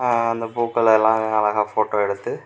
அந்த பூக்களெல்லாம் அழகாக ஃபோட்டோ எடுத்து